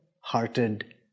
hearted